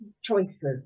choices